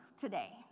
today